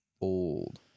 old